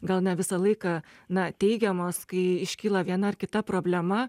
gal ne visą laiką na teigiamos kai iškyla viena ar kita problema